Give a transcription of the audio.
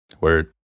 word